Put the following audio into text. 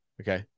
okay